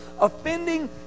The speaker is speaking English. offending